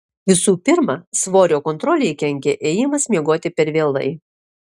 visų pirma svorio kontrolei kenkia ėjimas miegoti per vėlai